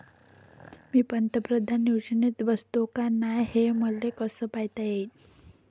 मी पंतप्रधान योजनेत बसतो का नाय, हे मले कस पायता येईन?